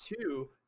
two